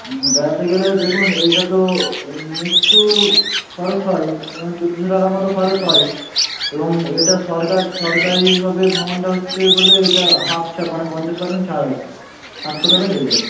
বেড়াতে গেলে দেখুন এইটা তো একটু খরচ হয় যেমন চোদ্দোশো টাকার মতো খরচ হয় এবং এটা সরকার সরকারিভাবে ভ্রমণটা হচ্ছে বলে এটা হাফ ছাড় মানে পঞ্চাশ পারসেন্ট ছাড় আছে সাতশো টাকায় হয়ে যাবে